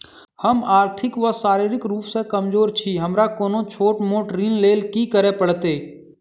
हम आर्थिक व शारीरिक रूप सँ कमजोर छी हमरा कोनों छोट मोट ऋण लैल की करै पड़तै?